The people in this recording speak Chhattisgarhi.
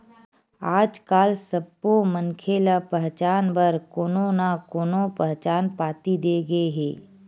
आजकाल सब्बो मनखे ल पहचान बर कोनो न कोनो पहचान पाती दे गे हे